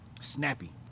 Snappy